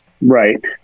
Right